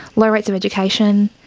low rates of education,